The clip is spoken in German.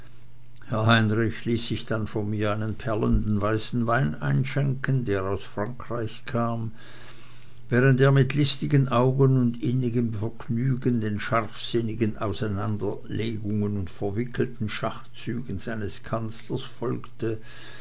herr heinrich ließ sich dann von mir einen perlenden weißen wein einschenken der aus frankreich kam während er mit listigen augen und innigem vergnügen den scharfsinnigen auseinanderlegungen und verwickelten schachzügen seines kanzlers folgte